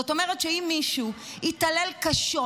זאת אומרת שאם מישהו התעלל קשות,